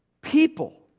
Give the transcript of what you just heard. people